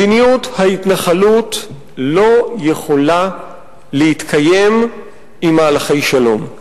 מדיניות ההתנחלות לא יכולה להתקיים עם מהלכי שלום.